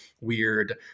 weird